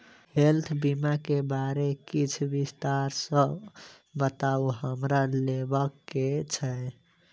Health बीमा केँ बारे किछ विस्तार सऽ बताउ हमरा लेबऽ केँ छयः?